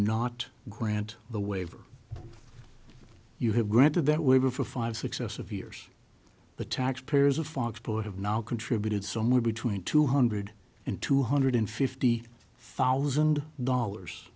not grant the waiver you have granted that waiver for five successive years the tax payers of fox put have now contributed somewhere between two hundred and two hundred fifty thousand dollars